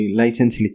license